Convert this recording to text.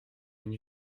une